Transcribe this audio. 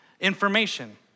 information